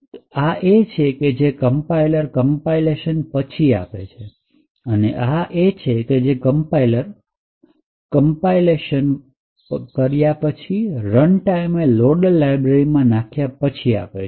તો આ એ છે કે જે કમ્પાઇલર કમ્પાઇલેશન પછી આપે છે અને આ એ છે કે જે કમ્પાઇલર runtime એ લોડર લાઇબ્રેરીમાં નાખ્યા પછી આપે છે